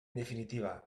definitiva